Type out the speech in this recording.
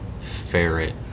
ferret